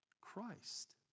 Christ